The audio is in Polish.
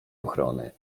ochrony